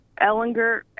Ellinger